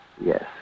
Yes